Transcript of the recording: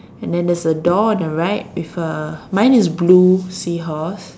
and then there's a door on the right with a mine is blue seahorse